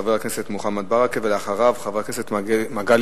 חבר הכנסת מוחמד ברכה, ואחריו, חבר הכנסת מגלי